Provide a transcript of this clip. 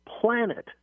planet